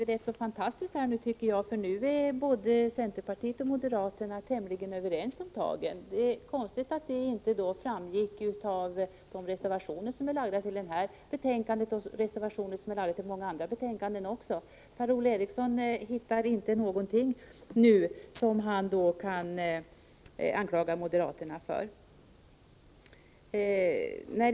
Fru talman! Det är rätt fantastiskt, tycker jag, att centerpartiet och moderaterna nu är tämligen överens om tagen. Det är konstigt att det inte framgick av de reservationer som avgivits till det här betänkandet och till många andra betänkanden också. Per-Ola Eriksson hittar nu inte någonting som han kan anklaga moderaterna för.